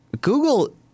Google